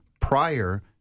prior